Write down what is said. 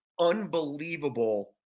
unbelievable